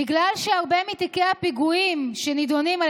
בגלל שהרבה מתיקי הפיגועים נידונים על